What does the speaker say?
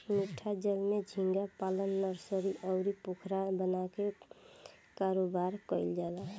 मीठा जल में झींगा पालन नर्सरी, अउरी पोखरा बना के कारोबार कईल जाला